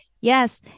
yes